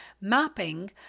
mapping